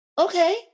okay